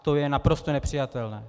To je naprosto nepřijatelné.